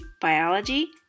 biology